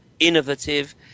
innovative